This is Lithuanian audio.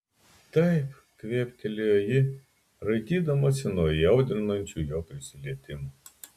taip kvėptelėjo ji raitydamasi nuo įaudrinančių jo prisilietimų